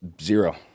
Zero